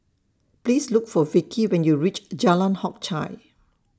Please Look For Vickie when YOU REACH Jalan Hock Chye